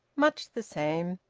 much the same.